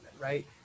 Right